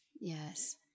Yes